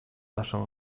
naszą